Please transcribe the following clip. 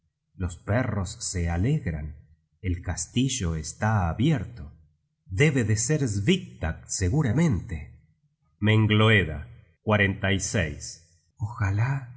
los perros se alegran el castillo está abierto debe de ser svipdag seguramente mengloeda ojalá